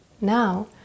now